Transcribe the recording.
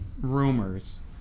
rumors